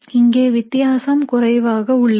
இங்கே வித்தியாசம் குறைவாக உள்ளது